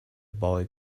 boy